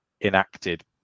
enacted